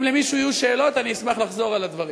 אם למישהו יהיו שאלות אני אשמח לחזור על הדברים.